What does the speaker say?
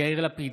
יאיר לפיד,